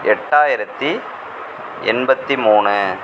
எட்டாயிரத்தி எண்பத்தி மூணு